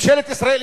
ממשלת ישראל,